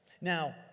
Now